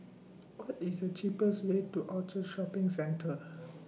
What IS The cheapest Way to Orchard Shopping Centre